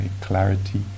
clarity